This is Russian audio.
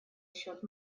счет